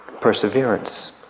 perseverance